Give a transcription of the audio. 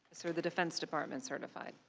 sort of the defense department certified.